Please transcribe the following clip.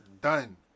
done